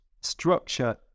structure